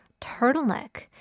turtleneck